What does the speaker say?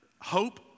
hope